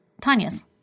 Tanya's